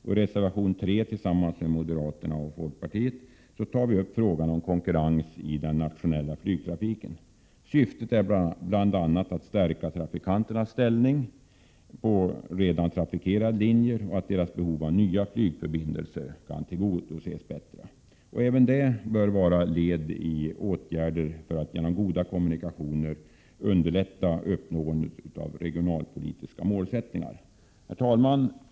I reservation 3 tar vi tillsammans med m och fp upp frågan om konkurrens i den nationella flygtrafiken. Syftet är bl.a. att stärka trafikanternas ställning på redan trafikerade linjer och att deras behov av nya flygförbindelser skall kunna tillgodoses bättre. Även detta bör vara ett led i åtgärder för att genom goda kommunikationer underlätta uppnåendet av regionalpolitiska mål. Herr talman!